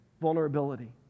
vulnerability